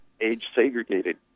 age-segregated